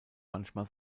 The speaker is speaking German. manchmal